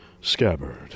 scabbard